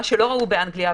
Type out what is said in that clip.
מה שלא ראו באנגליה,